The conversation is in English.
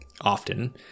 often